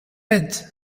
edge